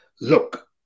look